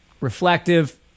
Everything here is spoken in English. reflective